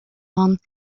ann